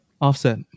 Offset